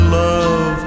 love